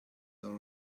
are